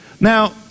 Now